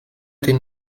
den